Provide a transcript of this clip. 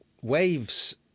Waves